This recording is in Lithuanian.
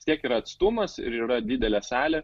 tiek ir atstumas ir yra didelė salė